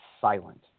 silent